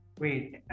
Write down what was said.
Wait